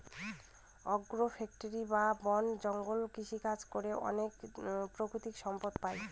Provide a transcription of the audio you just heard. আগ্র ফরেষ্ট্রী বা বন জঙ্গলে কৃষিকাজ করে অনেক প্রাকৃতিক সম্পদ পাই